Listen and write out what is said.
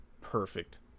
perfect